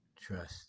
trust